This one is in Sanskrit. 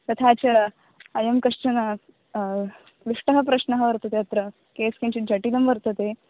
तथा च अयं कश्चन क्लिष्टः प्रश्नः वर्तते अत्र केस् किञ्चित् जटिलं वर्तते